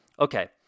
Okay